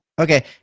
Okay